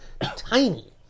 Tiny